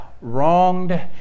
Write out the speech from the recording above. wronged